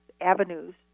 avenues